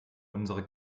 unsere